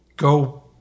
go